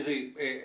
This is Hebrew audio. תראה,